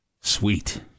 Sweet